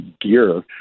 gear